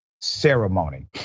ceremony